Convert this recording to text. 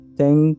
thank